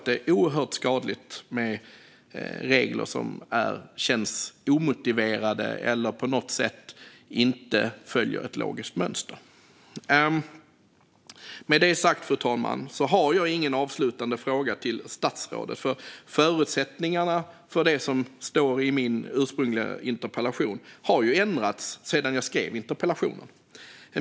Det är oerhört skadligt med regler som känns omotiverade eller på något sätt inte följer ett logiskt mönster. Fru talman! Med detta sagt har jag ingen avslutande fråga till statsrådet. Förutsättningarna för det som stod i min ursprungliga interpellation har ändrats sedan jag skrev interpellationen.